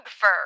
fur